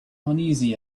uneasy